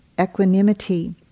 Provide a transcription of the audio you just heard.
equanimity